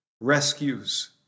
rescues